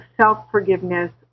self-forgiveness